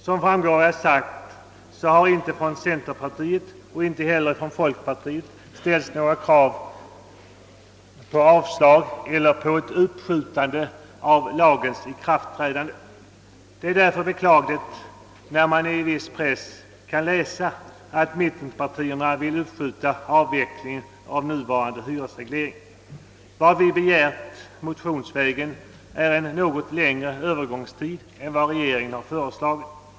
Som framgår av vad jag sagt har varken centerpartiet eller folkpartiet ställt några krav på avslag eller på ett uppskjutande av lagens ikraftträdande. Det är därför beklagligt att man i viss press får läsa att mittenpartierna vill uppskjuta avvecklingen av nuvarande hyresreglering. Vad vi begärt motionsvägen är en något längre övergångstid än regeringen har föreslagit.